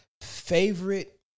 Favorite